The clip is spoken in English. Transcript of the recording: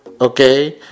okay